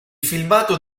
filmato